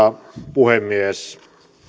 puhemies